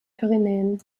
pyrenäen